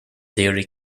dairy